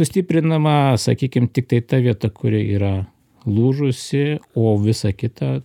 sustiprinama sakykim tiktai ta vieta kuri yra lūžusi o visa kita